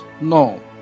No